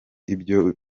ibyo